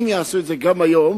אם יעשו את זה גם היום,